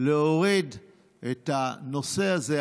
להוריד את הנושא הזה,